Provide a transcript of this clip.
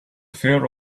fear